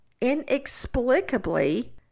inexplicably